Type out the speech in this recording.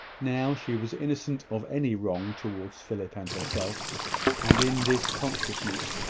now, she was innocent of any wrong towards philip and herself and, in this consciousness,